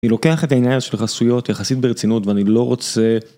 אני לוקח את העניין הזה של חסויות יחסית ברצינות, ואני לא רוצה...